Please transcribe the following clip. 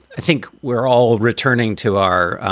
i think we're all returning to our.